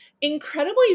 incredibly